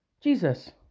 Jesus